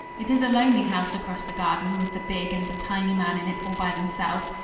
it is a lonely house across the garden with the big and the tiny man in it all by themselves!